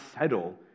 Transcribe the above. settle